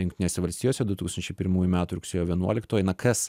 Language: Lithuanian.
jungtinėse valstijose du tūksančiai pirmųjų metų rugsėjo vienuoliktoji na kas